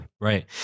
Right